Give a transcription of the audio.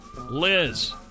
Liz